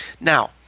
now